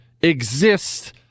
exist